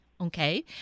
Okay